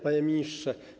Panie Ministrze!